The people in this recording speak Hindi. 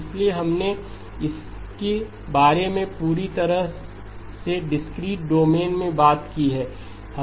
इसलिए हमने इसके बारे में पूरी तरह से डिस्क्रीट डोमेन में बात की है